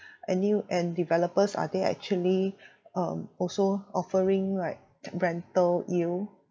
any and developers are they actually um also offering like rental yield